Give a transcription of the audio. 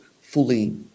fully